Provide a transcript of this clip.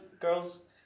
girls